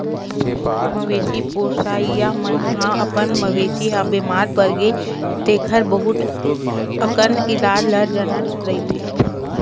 मवेशी पोसइया मन ह अपन मवेशी ह बेमार परगे तेखर बहुत अकन इलाज ल जानत रहिथे